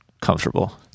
comfortable